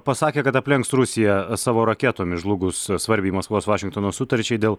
pasakė kad aplenks rusiją savo raketomis žlugus svarbiai maskvos vašingtono sutarčiai dėl